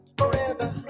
forever